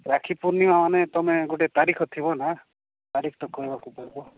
ରାକ୍ଷୀପୂର୍ଣ୍ଣିମା ମାନେ ତୁମେ ଗୋଟେ ତାରିଖ ଥିବ ନା ତାରିଖଟା କହିବାକୁ ପଡ଼ିବ